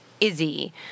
Izzy